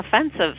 offensive